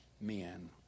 men